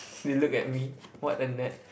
if you look at me what a nerd